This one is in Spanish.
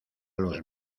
los